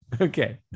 okay